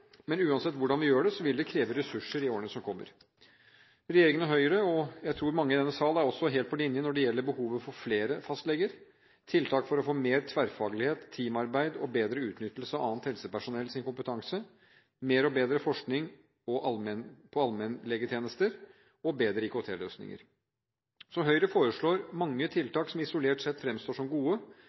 Men uansett hvordan vi gjør det, vil det kreve ressurser i årene som kommer. Regjeringen og Høyre, og jeg tror mange i denne sal, er også helt på linje når det gjelder behovet for flere fastleger, tiltak for å få mer tverrfaglighet, teamarbeid og bedre utnyttelse av annet helsepersonells kompetanse, mer og bedre forskning på allmennlegetjenester og bedre IKT-løsninger. Høyre foreslår mange tiltak som isolert sett fremstår som gode,